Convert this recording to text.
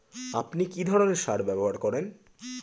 আপনি কী ধরনের সার ব্যবহার করেন?